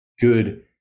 good